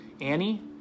annie